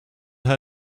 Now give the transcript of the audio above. her